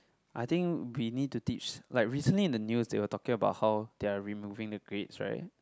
I think we need to teach like recently in the news they were talking about how they are removing the grades right